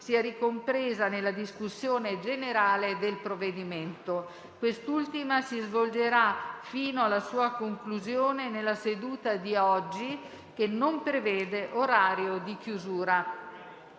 sia ricompresa nella discussione generale del provvedimento. Quest'ultima si svolgerà, fino alla sua conclusione, nella seduta di oggi, che non prevede orario di chiusura.